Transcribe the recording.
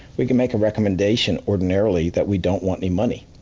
we can make a recommendation, ordinarily, that we don't want any money.